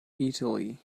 italy